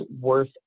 worth